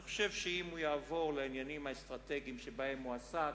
אני חושב שאם הוא יעבור לעניינים האסטרטגיים שבהם הוא עסק,